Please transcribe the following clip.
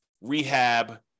rehab